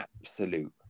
Absolute